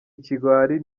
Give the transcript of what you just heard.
ikigwari